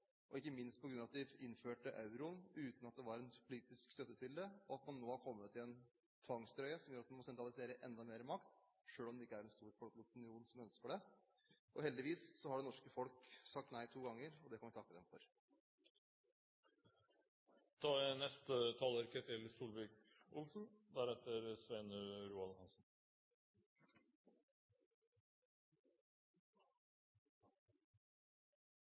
ikke minst fordi de innførte euroen uten at det var politisk støtte for det. Man har nå kommet i en tvangstrøye som gjør at man må sentralisere enda mer makt, selv om en stor folkeopinion ikke ønsker det. Heldigvis har det norske folk sagt nei to ganger, og det kan vi takke dem for. Den økonomiske situasjonen i EU er